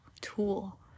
tool